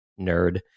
nerd